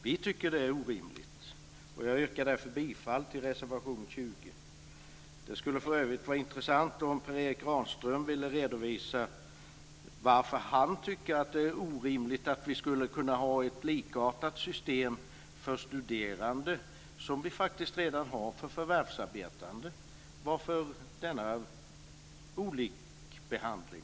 Vi tycker att det är orimligt, och jag yrkar därför bifall till reservation 20. Det skulle för övrigt vara intressant om Per Erik Granström ville redovisa varför han tycker att det är orimligt att vi skulle ha ett likartat system för studerande som vi faktiskt redan har för förvärvsarbetande. Varför denna olika behandling?